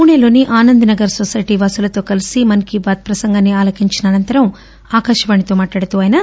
పూణెలోని Anand Nagar society వాసులతో కలిసి మన్ కీ బాత్ ప్రసంగాన్ని ఆలకించిన అనంతరం ఆకాశవాణి తో మాట్లాడుతూ ఆయన